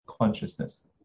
consciousness